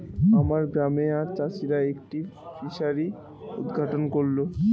আমার গ্রামে আজ চাষিরা একটি ফিসারি উদ্ঘাটন করল